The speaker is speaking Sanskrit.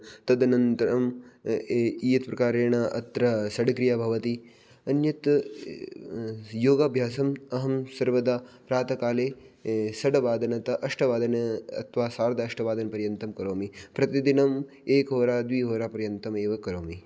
तदनन्तरम् इयत् प्रकारेण अत्र षड्क्रिया भवति अन्यत् योगाभ्यासम् अहं सर्वदा प्रातःकाले षड्वादनतः अष्टवादन अथवा सार्ध अष्टवादनपर्यन्तं करोमि प्रतिदिनम् एका होरा द्विहोरा पर्यन्तम् एव करोमि